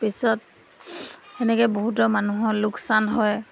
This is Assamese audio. পিছত সেনেকে বহুতৰ মানুহৰ লোকচান হয়